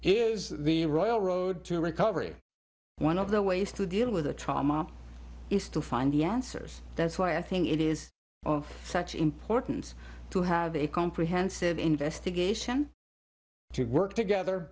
conscious is the royal road to recovery one of the ways to deal with the trauma is to find the answers that's why i think it is such important to have a comprehensive investigation to work together